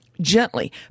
gently